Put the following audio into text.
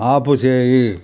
ఆపుచేయి